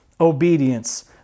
obedience